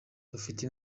bafite